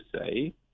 say